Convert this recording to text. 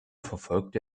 verfolgte